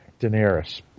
Daenerys